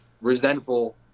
resentful